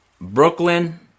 Brooklyn